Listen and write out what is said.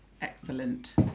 Excellent